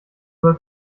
soll